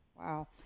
Wow